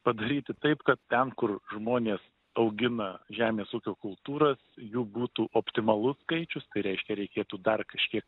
padaryti taip kad ten kur žmonės augina žemės ūkio kultūras jų būtų optimalus skaičius tai reiškia reikėtų dar kažkiek